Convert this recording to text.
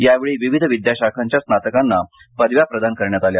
यावेळी विविध विद्याशाखांच्या स्नातकांना पदव्या प्रदान करण्यात आल्या